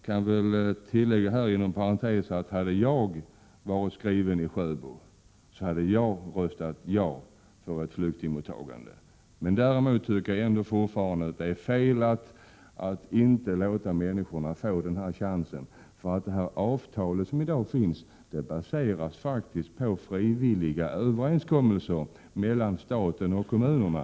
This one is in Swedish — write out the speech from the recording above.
Jag vill här inom parentes tillägga att jag, om jag hade varit skriven i Sjöbo, skulle rösta för ett flyktingmottagande. Men jag anser som sagt att det är fel att inte låta människorna få denna chans. Det avtal som i dag finns baseras faktiskt på frivilliga överenskommelser mellan staten och kommunerna.